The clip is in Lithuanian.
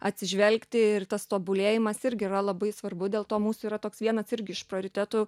atsižvelgti ir tas tobulėjimas irgi yra labai svarbu dėl to mūsų yra toks vienas irgi iš prioritetų